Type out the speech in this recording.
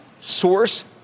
Source